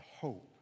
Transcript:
hope